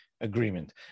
agreement